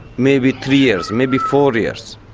maybe three years, maybe four years.